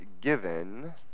given